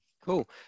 Cool